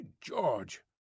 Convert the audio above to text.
george